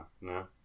No